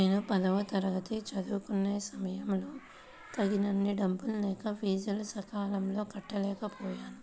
నేను పదవ తరగతి చదువుకునే సమయంలో తగినన్ని డబ్బులు లేక ఫీజులు సకాలంలో కట్టలేకపోయాను